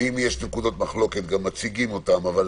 אם יש נקודות מחלוקת, מציגים אותן, אבל